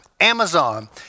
Amazon